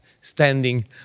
standing